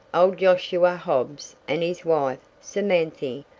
old josiah hobbs and his wife, samanthy,